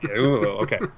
Okay